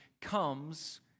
comes